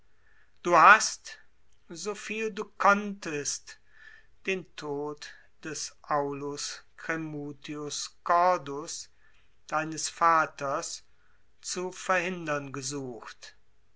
du hast so viel du konntest den tod des aulus cremutius cordus deines vaters zu verhindern gesucht